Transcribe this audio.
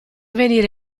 venire